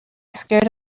scared